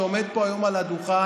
שעומד פה היום על הדוכן,